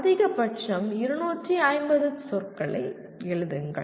அதிகபட்சம் 250 சொற்களை எழுதுங்கள்